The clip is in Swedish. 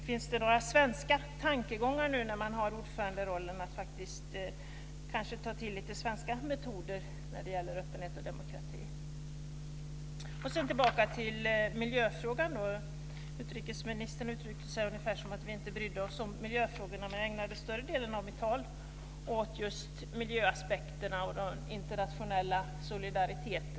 Finns det några svenska tankegångar om att ta till svenska metoder när det gäller öppenhet och demokrati, nu när man har ordföranderollen? Sedan tillbaka till miljöfrågan. Utrikesministern uttryckte sig ungefär som att vi inte brydde oss om miljöfrågorna. Jag ägnade större delen av mitt tal åt just miljöaspekterna och internationell solidaritet.